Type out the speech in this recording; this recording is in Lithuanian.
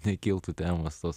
nekiltų temos sausai nuimti